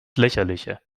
lächerliche